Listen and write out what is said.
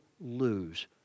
lose